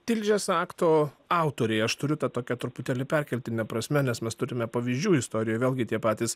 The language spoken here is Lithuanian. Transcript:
tilžės akto autoriai aš turiu ta tokia truputėlį perkeltine prasme nes mes turime pavyzdžių istorijoj vėlgi tie patys